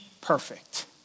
perfect